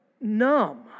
numb